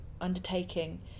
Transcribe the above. undertaking